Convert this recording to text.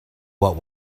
what